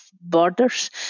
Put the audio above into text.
borders